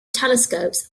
telescopes